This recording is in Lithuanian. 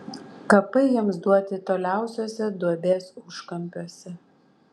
kapai jiems duoti toliausiuose duobės užkampiuose